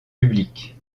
public